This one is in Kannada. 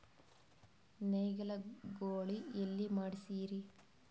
ನೇಗಿಲ ಗೂಳಿ ಎಲ್ಲಿ ಮಾಡಸೀರಿ?